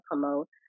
promote